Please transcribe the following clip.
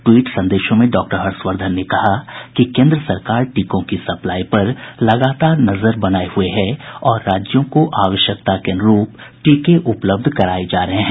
tweet संदेशों में doctor Harshvardhan ने कहा कि केन्द्र सरकार टीकों की सप्लाई पर लगातार नजर बनाये हुए है और राज्यों को जरूरत के हिसाब से टीके उपलब्ध कराये जा रहे हैं